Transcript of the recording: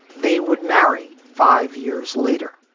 they would marry five years later.